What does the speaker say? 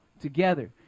together